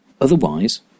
Otherwise